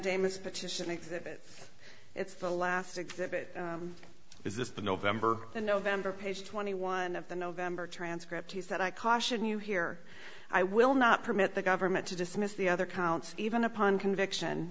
amus petition exhibit it's the last exhibit is this november and november page twenty one of the november transcript he said i caution you here i will permit not the government to dismiss the other counts even upon conviction